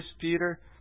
Peter